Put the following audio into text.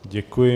Děkuji.